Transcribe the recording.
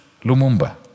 Lumumba